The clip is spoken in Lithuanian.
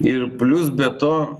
ir plius be to